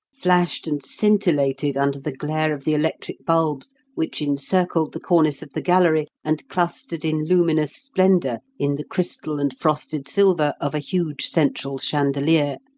flashed and scintillated under the glare of the electric bulbs which encircled the cornice of the gallery, and clustered in luminous splendour in the crystal and frosted silver of a huge central chandelier,